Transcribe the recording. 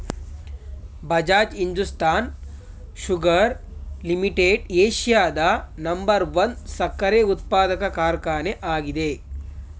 Bajaj Hindustan sugar limited ಏಷ್ಯಾದ number one ಸಕ್ಕರೆ ಉತ್ಪಾದಕ ಕಾರ್ಖಾನೆ ಆಗಿದೆ